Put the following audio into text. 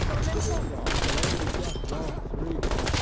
the city clocks had only just gone three,